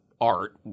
art